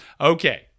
Okay